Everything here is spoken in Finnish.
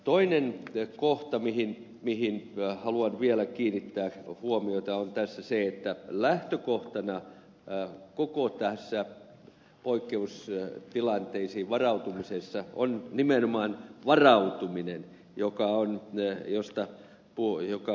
toinen kohta mihin haluan vielä kiinnittää huomiota on tässä se että lähtökohtana koko tässä poikkeustilanteisiin varautumisessa on nimenomaan varautuminen josta on miehiltä puu joka